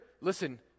listen